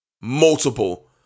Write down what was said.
multiple